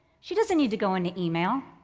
she doesn't need to go into email.